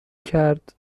کرد